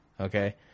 okay